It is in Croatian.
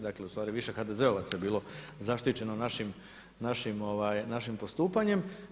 Dakle, ustvari više HDZ-ovaca je bilo zaštićeno našim postupanjem.